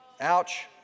Ouch